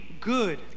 good